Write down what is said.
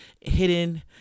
hidden